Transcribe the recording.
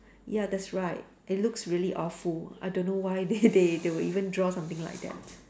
ya that's right it looks really awful I don't know why they they they will even draw something like that